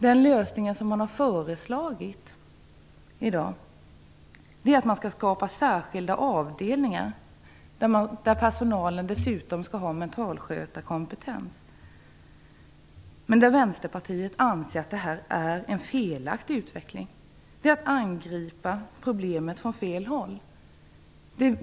Den lösning som man i dag har föreslagit är att det skall skapas särskilda avdelningar, där personalen dessutom skall ha mentalskötarkompetens. Vänsterpartiet anser att det är en felaktig utveckling - det är att angripa problemet från fel håll.